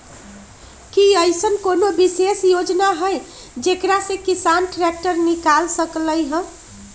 कि अईसन कोनो विशेष योजना हई जेकरा से किसान ट्रैक्टर निकाल सकलई ह?